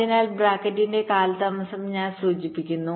അതിനാൽ ബ്രാക്കറ്റിന്റെ കാലതാമസം ഞാൻ സൂചിപ്പിക്കുന്നു